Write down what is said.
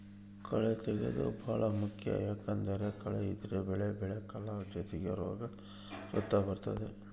ಕಳೇ ತೆಗ್ಯೇದು ಬಾಳ ಮುಖ್ಯ ಯಾಕಂದ್ದರ ಕಳೆ ಇದ್ರ ಬೆಳೆ ಬೆಳೆಕಲ್ಲ ಜೊತಿಗೆ ರೋಗ ಸುತ ಬರ್ತತೆ